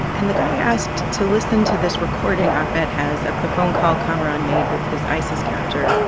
and the guy asked to listen to this recording ahmed has of the phone call kamaran made with his isis captor.